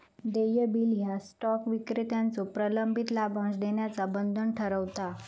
देय बिल ह्या स्टॉक विक्रेत्याचो प्रलंबित लाभांश देण्याचा बंधन ठरवता